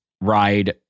ride